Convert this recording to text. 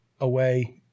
away